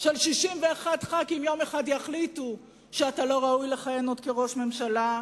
של 61 חברי כנסת יום אחד יחליט שאתה לא ראוי לכהן עוד כראש הממשלה.